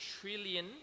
trillion